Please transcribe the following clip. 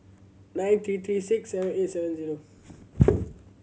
nine three three six seven eight seven zero